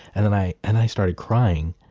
and then i and i started crying.